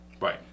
Right